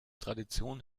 tradition